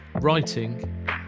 writing